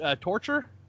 torture